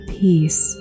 peace